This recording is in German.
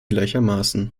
gleichermaßen